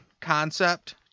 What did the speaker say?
concept